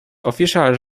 official